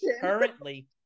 Currently